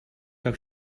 как